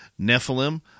Nephilim